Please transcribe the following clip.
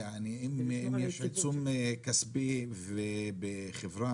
יעני אם יש עיצום כספי בחברה